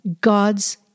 God's